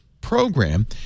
program